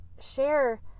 share